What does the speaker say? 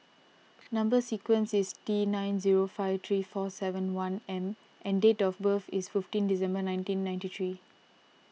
Number Sequence is T nine zero five three four seven one M and date of birth is fifteen December nineteen ninety three